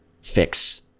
fix